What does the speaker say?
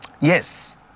Yes